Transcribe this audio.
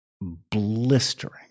blistering